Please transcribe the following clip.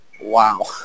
Wow